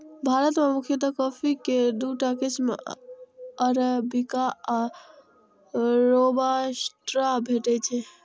भारत मे मुख्यतः कॉफी के दूटा किस्म अरेबिका आ रोबास्टा भेटै छै